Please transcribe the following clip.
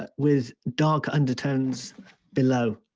but with dark undertones below,